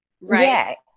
Right